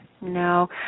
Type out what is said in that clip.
no